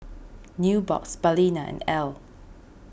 Nubox Balina Elle